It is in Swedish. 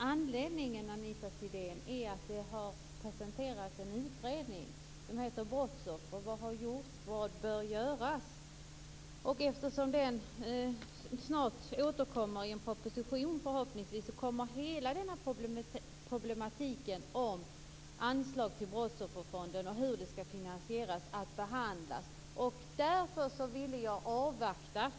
Fru talman! Anledningen är att det har presenterats en utredning med rubriken Brottsoffer - vad har gjorts och vad bör göras?. Eftersom denna utredning snart återkommer i en proposition kommer förhoppningsvis hela problematiken kring anslag till brottsofferfonden och hur den skall finansieras att behandlas. Därför vill jag avvakta.